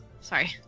Sorry